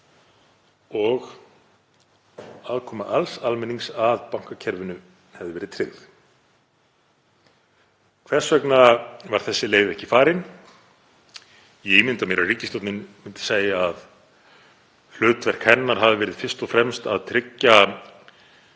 og aðkoma alls almennings að bankakerfinu hefði verið tryggð. Hvers vegna var þessi leið ekki farin? Ég ímynda mér að ríkisstjórnin myndi segja að hlutverk hennar hafi verið fyrst og fremst að tryggja